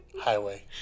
Highway